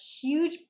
huge